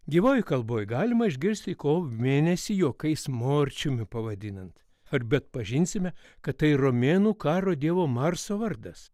gyvoj kalboj galima išgirsti kovo mėnesį juokais morčiumi pavadinant ar beatpažinsime kad tai romėnų karo dievo marso vardas